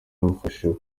yamufashije